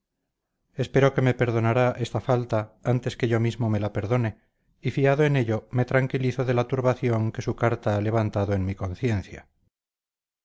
espero que me perdonará esta falta antes que yo mismo me la perdone y fiado en ello me tranquilizo de la turbación que su carta ha levantado en mi conciencia